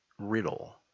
riddle